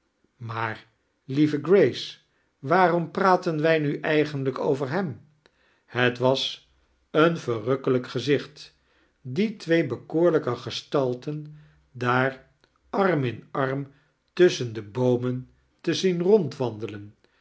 maar lieve grace waarom praten wij nu eigenlijk over hem het was een verrukkelijk geizicht die twee bekoorlijke gestalten daar arm in arm tusschen de boomen te zien rondwandelen